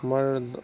আমাৰ